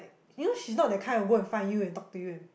like you know she's not that kind will go and find you and talk to you and